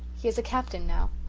he is a captain now.